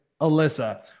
Alyssa